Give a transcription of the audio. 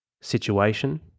situation